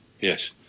Yes